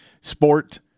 sport